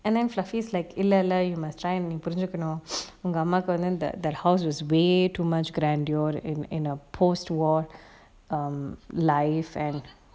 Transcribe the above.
and then fluffy like a இல்ல இல்ல:illa illa you must try நீ புரிஞ்சிகொனும்:nee purinjikonum உங்க அம்மாக்கு வந்து இந்த:unga ammakku vanthu intha that that house is way too much grandeur in in a post war um life and